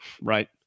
right